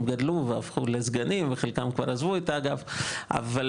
גדלו והפכו לסגנים וחלקם כבר עזבו את האגף - אבל